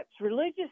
Religious